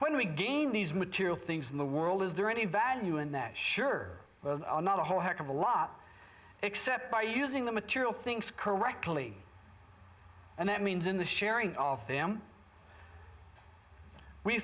when we gain these material things in the world is there any value in that sure whether or not a whole heck of a lot except by using the material things correctly and that means in the sharing all of them we